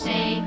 Say